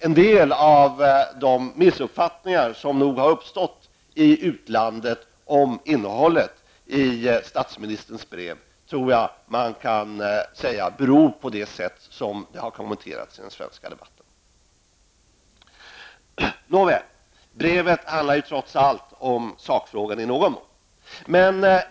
En del av de missuppfattningar som nog har uppstått i utlandet kring innehållet i statsministerns brev tror jag man kan säga beror på det sätt på vilket brevet har kommenterats i den svenska debatten.